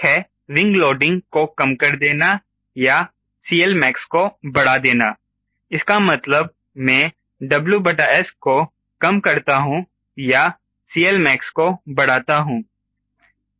एक है wing loading को कम कर देना या 𝐶Lmax को बढ़ा देना इसका मतलब में WS को कम करता हूं या 𝐶Lmax को बढ़ाता हूं